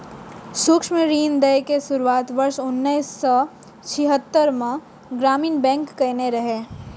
सूक्ष्म ऋण दै के शुरुआत वर्ष उन्नैस सय छिहत्तरि मे ग्रामीण बैंक कयने रहै